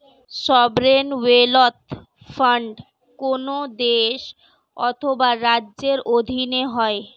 sovereign wealth fund কোন দেশ অথবা রাজ্যের অধীনে হয়